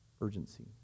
urgency